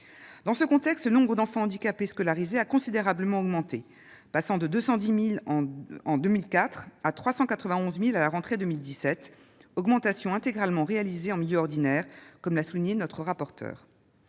Dans ce contexte, le nombre d'enfants handicapés scolarisés a connu une augmentation considérable, de 210 000 en 2004 à 391 000 à la rentrée 2017, entièrement réalisée en milieu ordinaire, comme l'a souligné notre rapporteur.